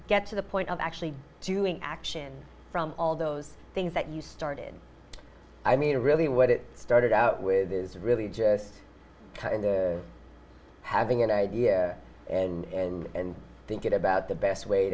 gets to the point of actually doing action from all those things that you started i mean really what it started out with is really just kind of having an idea and thinking about the best way